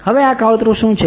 હવે આ કાવતરું શું છે